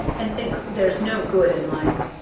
and thinks there's no good in life.